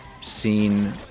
seen